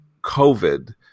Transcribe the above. COVID